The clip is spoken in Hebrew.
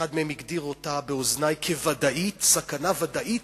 שאחד מהם הגדיר אותה באוזני כסכנה ודאית,